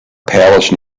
palace